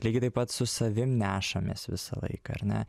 lygiai taip pat su savim nešamės visą laiką ar ne